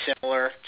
similar